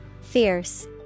Fierce